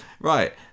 right